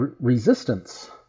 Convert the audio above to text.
Resistance